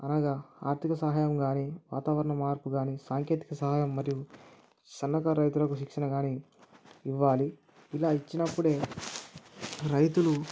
అనగా ఆర్థిక సహాయం గానీ వాతావరణ మార్పు గాని సాంకేతిక సహయం మరియు సన్నకారు రైతులకు శిక్షణ గానీ ఇవ్వాలి ఇలా ఇచ్చినప్పుడే రైతులు